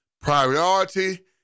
Priority